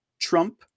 Trump